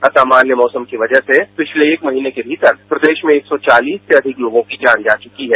असामान्य मौसम की वजह से पिछले एक महीने के भीतर प्रदेश में एक सौ चालीस से अधिक लोगों की जान जा चुकी है